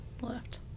Left